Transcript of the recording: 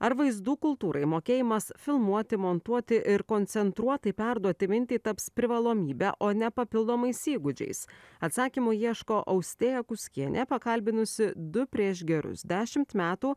ar vaizdų kultūrai mokėjimas filmuoti montuoti ir koncentruotai perduoti mintį taps privalomybe o ne papildomais įgūdžiais atsakymų ieško austėja kuskienė pakalbinusi du prieš gerus dešimt metų